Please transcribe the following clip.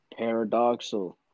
paradoxal